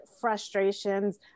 frustrations